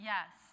Yes